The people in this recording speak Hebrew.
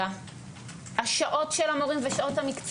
היה נציג ה-OECD לפני כשבועיים בישיבת ממשלה,